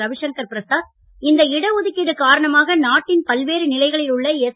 ரவிசங்கர் பிரசாத் இந்த இட ஒதுக்கீடு காரணமாக நாட்டின் பல்வேறு நிலைகளில் உள்ள எஸ்